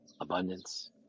abundance